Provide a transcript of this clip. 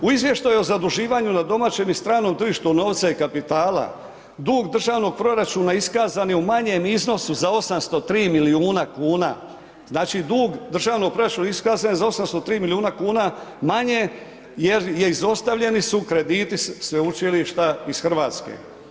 U izvještaju o zaduživanju na domaćem i stranom tržištu novca i kapitala, dug državnog proračuna iskazan je u manjem iznosu za 803 milijuna kuna, znači dug državnog proračuna iskazan je za 803 milijuna kuna manje jer je izostavljeni su krediti sveučilišta iz RH.